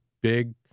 big